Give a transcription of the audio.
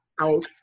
out